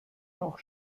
noch